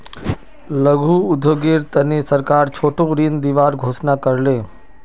लघु उद्योगेर तने सरकार छोटो ऋण दिबार घोषणा कर ले